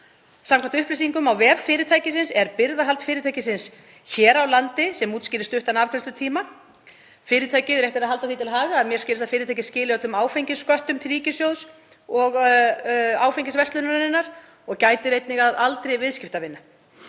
Samkvæmt upplýsingum á vef fyrirtækisins er birgðahald fyrirtækisins hér á landi sem útskýrir stuttan afgreiðslutíma. Það er rétt að halda því til haga að fyrirtækið skilar, að því að mér skilst, öllum áfengissköttum til ríkissjóðs og áfengisverslunarinnar og gætir einnig að aldri viðskiptavina.